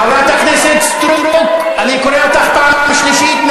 חברת הכנסת סטרוק, אני קורא אותך פעם שלישית.